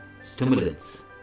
stimulants